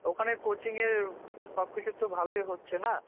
ওখানে কোচিংয়ে সব কিছু তো ভালোই হচ্ছে না